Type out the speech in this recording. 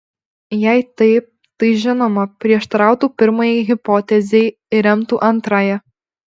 jei taip tai žinoma prieštarautų pirmajai hipotezei ir remtų antrąją